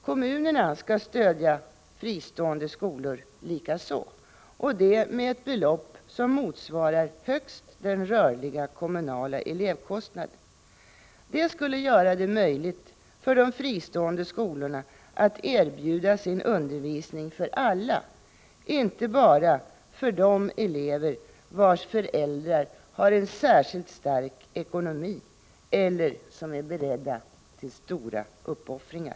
Kommunerna skall likaså stödja fristående skolor, med ett belopp som motsvarar högst den rörliga kommunala elevkostnaden. Det skulle göra det möjligt för de fristående skolorna att erbjuda sin undervisning för alla, inte bara de elever vars föräldrar har en särskilt stark ekonomi eller är beredda till stora uppoffringar.